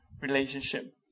relationship